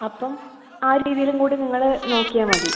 അപ്പം ആ രീതിയിലും കൂടി നിങ്ങൾ നോക്കിയാൽ മതി